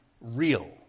real